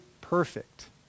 perfect